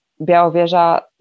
Białowieża